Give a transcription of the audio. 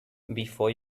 before